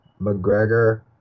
McGregor